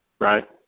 Right